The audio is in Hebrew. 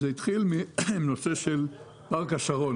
זה התחיל מנושא של פארק השרון.